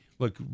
Look